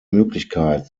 möglichkeit